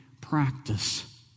practice